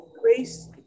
grace